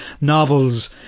novels